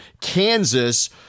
Kansas